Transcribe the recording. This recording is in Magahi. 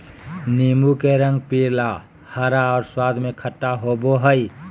नीबू के रंग पीला, हरा और स्वाद में खट्टा होबो हइ